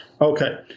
Okay